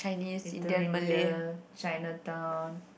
Little-India Chinatown